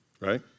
right